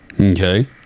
Okay